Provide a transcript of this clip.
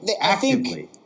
actively